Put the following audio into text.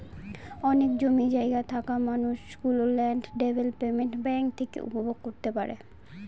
অনেক জমি জায়গা থাকা মানুষ গুলো ল্যান্ড ডেভেলপমেন্ট ব্যাঙ্ক থেকে উপভোগ করতে পারে